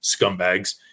scumbags